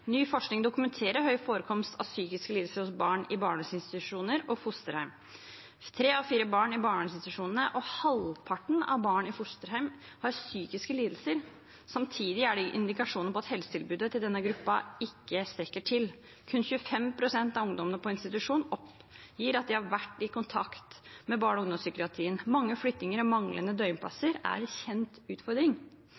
Ny forskning dokumenterer høy forekomst av psykiske lidelser blant barn i barnevernsinstitusjoner og fosterhjem. Tre av fire barn i barnevernsinstitusjonene og halvparten av barn i fosterhjem har psykiske lidelser. Samtidig er det indikasjoner på at helsetilbudet til denne gruppen ikke strekker til. Kun 25 pst. av ungdommene på institusjon oppgir at de har vært i kontakt med barne- og ungdomspsykiatrien. Mange flyttinger og manglende